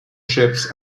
ships